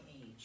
age